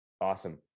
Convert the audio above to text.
awesome